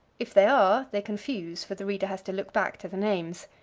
if they are they confuse, for the reader has to look back to the names.